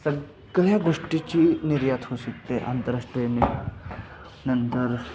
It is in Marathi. सगळ्या गोष्टींची निर्यात होऊ शकते आंतरराष्ट्रीयने नंतर